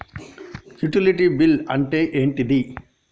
Utility bill అంటే ఏంటిది?